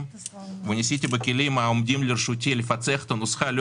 וניסיתי בכלים העומדים לרשותי לפצח את הנוסחה לא